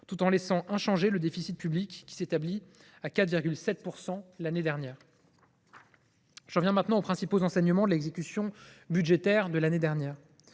tout en laissant inchangé le déficit public, qui s’est établi à 4,7 % l’année dernière. J’en viens maintenant aux principaux enseignements de l’exécution budgétaire de l’année dernière.